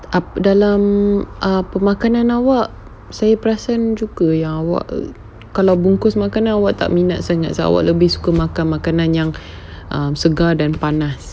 apa dalam pemakanan awak saya perasan juga yang awak kalau bungkus makanan kau tak minat sangat awak lebih suka makan makanan yang um segar dan panas